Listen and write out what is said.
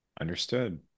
Understood